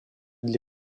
для